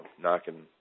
knocking